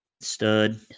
Stud